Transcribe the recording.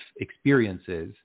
experiences